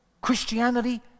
Christianity